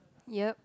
yup